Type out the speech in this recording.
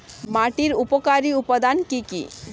মাটির উপকারী উপাদান কি কি?